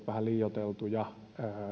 vähän liioiteltuja